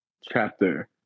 chapter